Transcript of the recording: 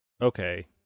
okay